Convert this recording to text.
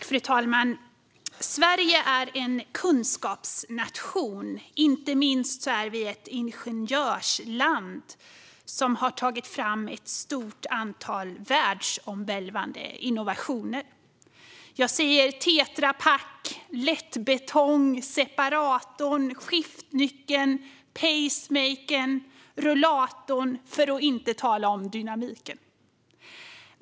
Fru talman! Sverige är en kunskapsnation. Inte minst är vi ett ingenjörsland som har tagit fram ett stort antal världsomvälvande innovationer. Jag säger Tetra Pak, lättbetong, separatorn, skiftnyckeln, pacemakern, rullatorn, för att inte tala om dynamiten.